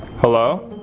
hello?